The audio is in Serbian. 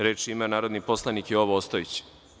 Reč ima narodni poslanik Jovo Ostojić.